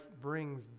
brings